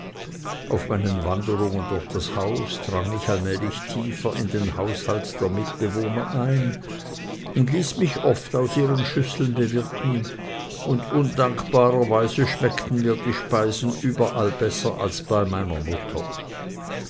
auf meinen wanderungen durch das haus drang ich allmählich tiefer in den haushalt der mitbewohner ein und ließ mich oft aus ihren schüsseln bewirten und undankbarerweise schmeckten mir die speisen überall besser als bei meiner mutter